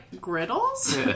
griddles